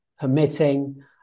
permitting